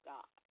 God